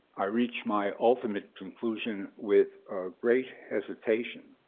i reached my ultimate conclusion with great hesitation.